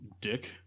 Dick